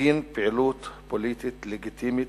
בגין פעילות פוליטית לגיטימית,